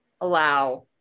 allow